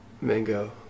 Mango